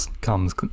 comes